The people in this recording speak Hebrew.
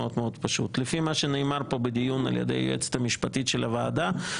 לפי מה שנאמר פה בדיון על ידי היועצת המשפטית של הוועדה,